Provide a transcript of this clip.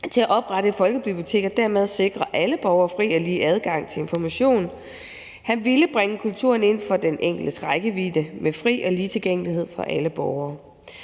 til at oprette et folkebibliotek og dermed sikre alle borgere fri og lige adgang til information. Han ville bringe kulturen inden for den enkeltes rækkevidde med fri og lige tilgængelighed for alle borgere.